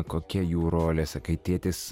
kokia jų rolė sakai tėtis